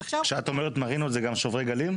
כשאת אומרת מרינות זה גם שוברי גלים?